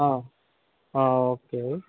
okay